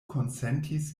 konsentis